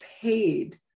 paid